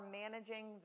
managing